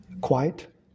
Quiet